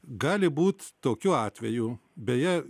gali būt tokių atvejų beje